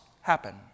happen